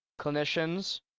clinicians